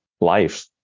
life